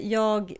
jag